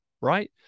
right